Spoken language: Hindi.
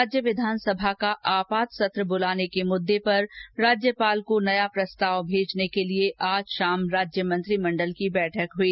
राज्य विधानसभा का आपात सत्र बुलाने के मुद्दे पर राज्यपाल को नया प्रस्ताव भेजने के लिए आज शाम राज्य मंत्रिमंडल की बैठक हुई